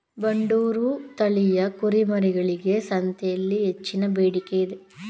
ಬಂಡೂರು ತಳಿಯ ಕುರಿಮರಿಗಳಿಗೆ ಸಂತೆಯಲ್ಲಿ ಹೆಚ್ಚಿನ ಬೇಡಿಕೆ ಇದೆ